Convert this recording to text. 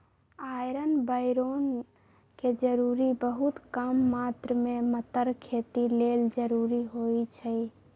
iron बैरौन के जरूरी बहुत कम मात्र में मतर खेती लेल जरूरी होइ छइ